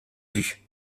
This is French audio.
vue